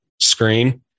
screen